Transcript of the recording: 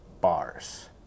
bars